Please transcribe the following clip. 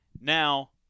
Now